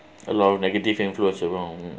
a lot of negative influence around mm